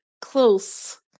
Close